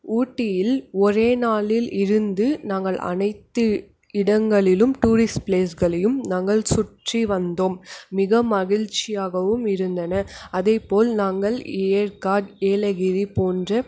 ஊட்டியில் ஒரே நாளில் இருந்து நாங்கள் அனைத்து இடங்களிலும் டூரிஸ்ட் பிளேஸ்களையும் நாங்கள் சுற்றி வந்தோம் மிக மகிழ்ச்சியாகவும் இருந்தன அதைப்போல் நாங்கள் ஏற்காடு ஏலகிரி போன்ற